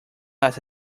las